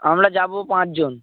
আমরা যাবো পাঁচজন